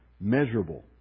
measurable